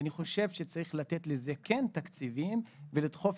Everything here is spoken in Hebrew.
אני חושב שכן צריך לתת לזה תקציבים ולדחוף